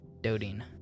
Doting